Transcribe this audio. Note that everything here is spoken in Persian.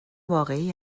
واقعی